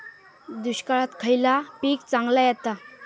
दुष्काळात खयला पीक चांगला येता?